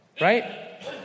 Right